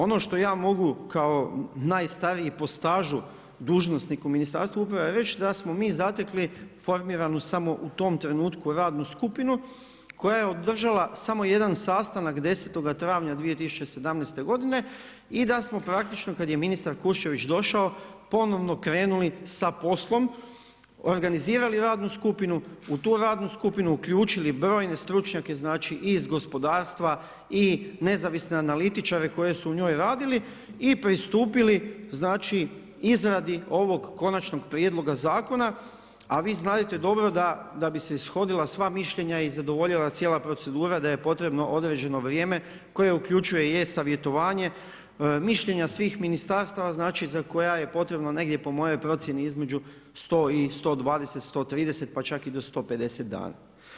Ono što ja mogu kao najstariji po stažu dužnosnik u Ministarstvu uprave reć da smo mi zatekli formiranu samo u tom trenutku radnu skupinu koja je održala samo jedan sastanak 10. travnja 2017. godine i da smo praktično kad je ministar Kuščević došao, ponovno krenuli sa poslom, organizirali radnu skupinu, u tu radnu skupinu uključili brojne stručnjake iz gospodarstva i nezavisne analitičare koji su u njoj radili i pristupili izradi ovog konačnog prijedloga zakona, a vi znadete dobro da bi se ishodila sva mišljenja i zadovoljila cijela procedura da je potrebno određeno vrijeme koje uključuje i e-savjetovanje, mišljenja svih ministarstava za koja je potrebno negdje po mojoj procjeni između 100 i 120, 130 pa čak i do 150 dana.